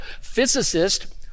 Physicist